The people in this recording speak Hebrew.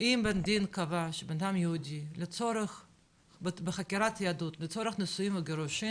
אם בית דין קבע בחקירת יהדות לצורך נישואים וגירושים